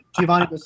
Giovanni